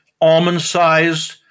almond-sized